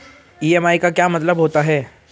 EMI का क्या मतलब होता है?